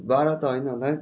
बाह्र त होइन होला है